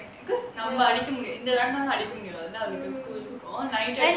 because நம்ம அடிக்க முடியாது இந்த:namma adikka mudiyaathu intha with the school கும்:kum